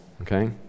okay